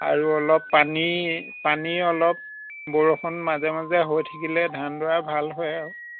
আৰু অলপ পানী পানী অলপ বৰষুণ মাজে মাজে হৈ থাকিলে ধানডৰা ভাল হয় আও